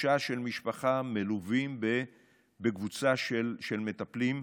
תחושה של משפחה, והם מלווים בקבוצה של מטפלים.